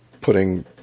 putting